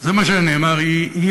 זה מה שנאמר: היא הנותנת.